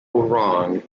wrong